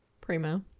primo